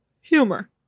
humor